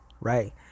right